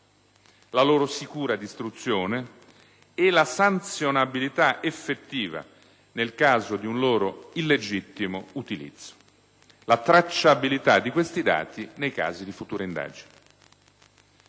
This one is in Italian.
la loro sicura distruzione e la sanzionabilità effettiva nel caso di un loro illegittimo utilizzo; la tracciabilità di questi dati nei casi di future indagini.